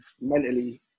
mentally